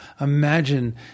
Imagine